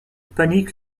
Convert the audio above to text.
panique